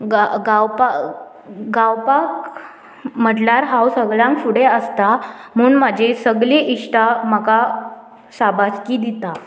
गा गावपाक गावपाक म्हटल्यार हांव सगळ्यांक फुडें आसता म्हूण म्हाजी सगळीं इश्टा म्हाका शाबासकी दिता